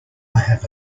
have